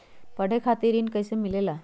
पढे खातीर ऋण कईसे मिले ला?